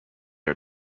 are